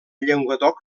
llenguadoc